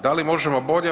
Da li možemo bolje?